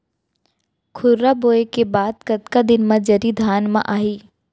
खुर्रा बोए के बाद कतका दिन म जरी धान म आही?